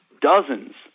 dozens